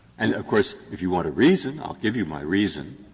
and, of course, if you want a reason, i'll give you my reason.